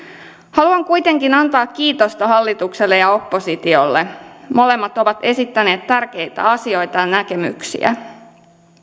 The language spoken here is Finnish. haluan kuitenkin antaa kiitosta hallitukselle ja oppositiolle molemmat ovat esittäneet tärkeitä asioita ja näkemyksiä